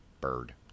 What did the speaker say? bird